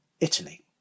Italy